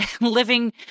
living